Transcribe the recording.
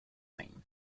name